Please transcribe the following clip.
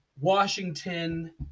Washington